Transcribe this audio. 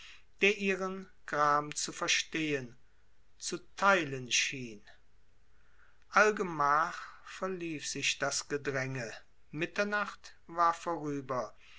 der ihren gram zu verstehen zu teilen schien allgemach verlief sich das gedränge mitternacht war vorüber